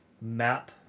map